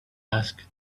asked